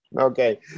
Okay